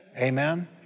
Amen